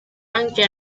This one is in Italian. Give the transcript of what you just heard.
anche